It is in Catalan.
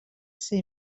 ser